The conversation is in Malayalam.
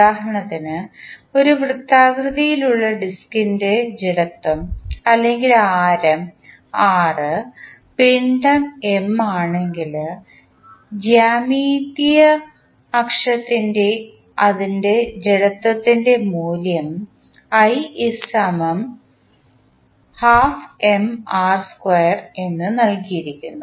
ഉദാഹരണത്തിന് ഒരു വൃത്താകൃതിയിലുള്ള ഡിസ്കിൻറെ ജഡത്വം അല്ലെങ്കിൽ ആരം r പിണ്ഡം M ആണെങ്കിൽ ജ്യാമിതീയ അക്ഷത്തിൽ അതിൻറെ ജഡത്വത്തിൻറെ മൂല്യം എന്ന് നൽകിയിരിക്കുന്നു